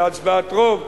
בהצבעת רוב,